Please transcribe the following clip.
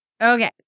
Okay